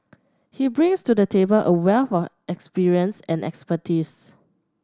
he brings to the table a wealth of experience and expertise